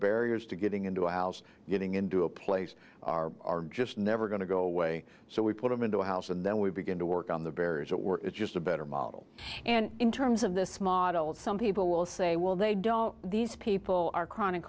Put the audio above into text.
barriers to getting into a house getting into a place are just never going to go away so we put them into a house and then we begin to work on the barriers at work it's just a better model and in terms of this model some people will say well they don't these people are chronic